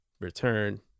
return